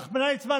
רחמנא ליצלן,